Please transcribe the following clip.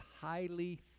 highly